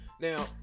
now